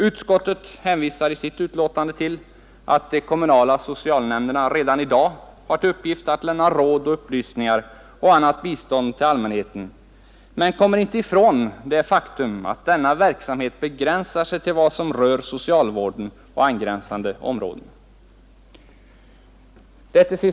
Utskottet hänvisar i sitt betänkande till att de kommunala socialnämnderna redan i dag har till uppgift att lämna råd och upplysningar och annat bistånd till allmänheten, men kommer inte ifrån det faktum att denna verksamhet begränsar sig till vad som rör socialvården och angränsande områden. Herr talman!